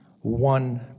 one